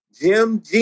Jim